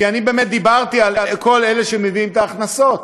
כי אני באמת דיברתי על כל אלה שמביאים את ההכנסות,